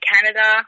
Canada